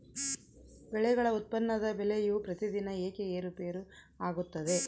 ಬೆಳೆಗಳ ಉತ್ಪನ್ನದ ಬೆಲೆಯು ಪ್ರತಿದಿನ ಏಕೆ ಏರುಪೇರು ಆಗುತ್ತದೆ?